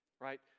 right